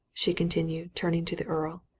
she continued, turning to the earl.